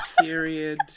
Period